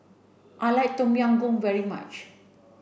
I like Tom Yam Goong very much